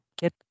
get